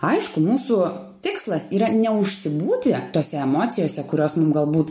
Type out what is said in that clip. aišku mūsų tikslas yra neužsibūti tose emocijose kurios mum galbūt